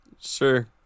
Sure